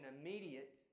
immediate